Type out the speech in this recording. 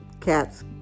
cats